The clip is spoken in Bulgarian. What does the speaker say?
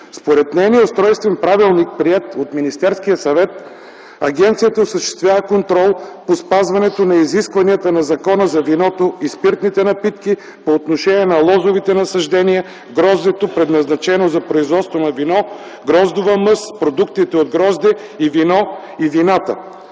Според нейния устройствен правилник, приет от Министерския съвет, агенцията осъществява контрол по спазването на изискванията на Закона за виното и спиртните напитки, по отношение на лозовите насаждения, гроздето предназначено за производство на вино, гроздова мъст, продуктите от грозде и вино, и вината.